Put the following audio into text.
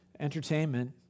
Entertainment